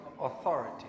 authority